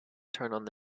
turn